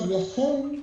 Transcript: לכן,